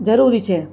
જરૂરી છે